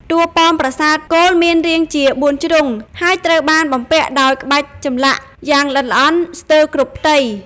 តួប៉មប្រាសាទគោលមានរាងជា បួនជ្រុង ហើយត្រូវបានបំពាក់ដោយក្បាច់ចម្លាក់យ៉ាងល្អិតល្អន់ស្ទើរគ្រប់ផ្ទៃ។